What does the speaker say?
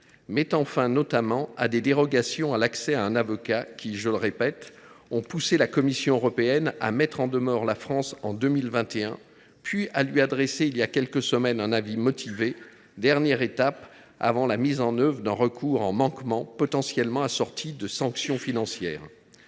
mettant fin notamment à des dérogations à l’accès à un avocat, qui, je le répète, ont poussé la Commission européenne à mettre en demeure la France en 2021, puis à lui adresser, il y a quelques semaines, un avis motivé, dernière étape avant un recours en manquement potentiellement assorti de sanctions financières.